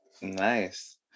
Nice